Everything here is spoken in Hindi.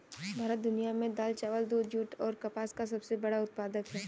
भारत दुनिया में दाल, चावल, दूध, जूट और कपास का सबसे बड़ा उत्पादक है